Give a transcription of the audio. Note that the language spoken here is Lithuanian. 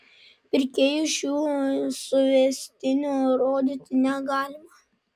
pirkėjui šių suvestinių rodyti negalima